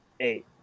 eight